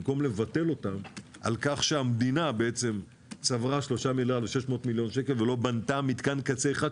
במקום לבטל אותם על כך שהמדינה צברה ולא בנתה מתקן קצה אחד,